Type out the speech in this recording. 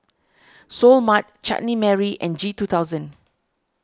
Seoul Mart Chutney Mary and G two thousand